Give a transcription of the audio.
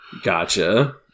Gotcha